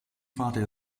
war